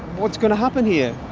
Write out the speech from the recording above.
what's going to happen here?